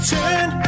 Turn